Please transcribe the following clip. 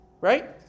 Right